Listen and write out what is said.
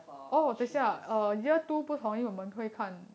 for three years